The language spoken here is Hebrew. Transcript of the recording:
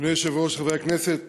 אדוני היושב-ראש, חברי הכנסת,